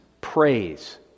praise